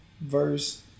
verse